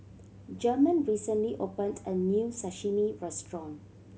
German recently opened a new Sashimi Restaurant